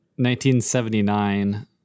1979